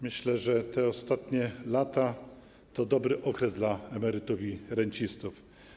Myślę, że te ostatnie lata to dobry okres dla emerytów i rencistów.